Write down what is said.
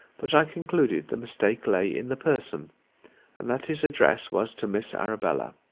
but i concluded the mistake lay in the person and that his address was to miss arabella.